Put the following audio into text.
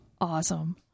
Awesome